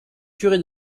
curé